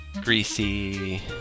Greasy